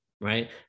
Right